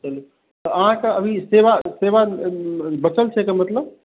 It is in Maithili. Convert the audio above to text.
तऽ अहाँके अभी सेवा बचल छै मतलब